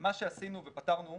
מה שעשינו ופתרנו,